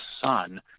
Son—